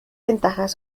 ventajas